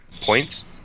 points